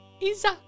Isa